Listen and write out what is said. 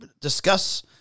discuss